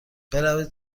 بروید